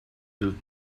deux